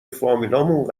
فامیلامونم